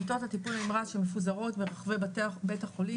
מיטות הטיפול נמרץ שמפוזרות ברחבי בית החולים